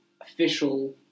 official